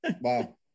Wow